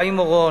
חיים אורון,